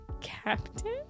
Captain